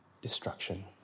destruction